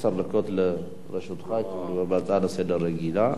עשר דקות לרשותך, הצעה רגילה לסדר-היום.